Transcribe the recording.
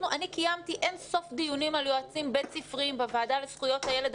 אני קיימתי אין-סוף דיונים על יועצים בית-ספריים בוועדה לזכויות הילד.